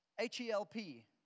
H-E-L-P